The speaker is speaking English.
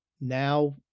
Now